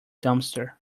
dumpster